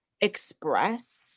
express